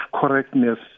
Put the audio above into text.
correctness